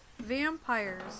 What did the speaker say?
vampires